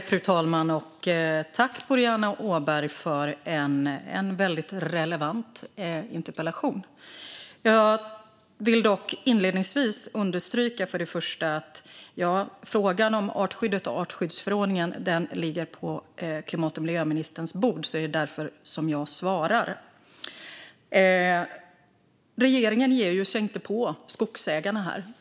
Fru talman! Jag tackar Boriana Åberg för en väldigt relevant interpellation. Jag vill dock inledningsvis understryka att frågan om artskyddet och artskyddsförordningen ligger på klimat och miljöministerns bord. Det är därför det är jag som besvarar interpellationen. Regeringen ger sig inte på skogsägarna här.